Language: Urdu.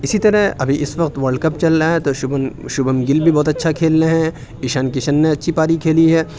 اِسی طرح ابھی اِس وقت ورلڈ کپ چل رہا ہے تو شُبھم شُبھم گِل بھی بہت اچھا کھیل رہے ہیں اِیشان کشن نے اچھی پاری کھیلی ہے